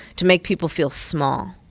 to make people feel small.